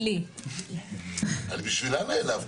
בשבילה נעלבתי.